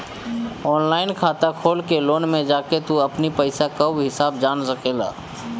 online खाता खोल के लोन में जाके तू अपनी पईसा कअ हिसाब जान सकेला